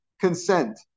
consent